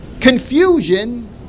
confusion